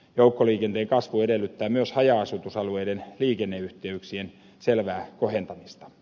joukkoliikenteen kasvu edellyttää myös haja asutusalueiden liikenneyhteyksien selvää kohentamista